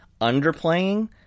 underplaying